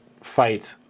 fight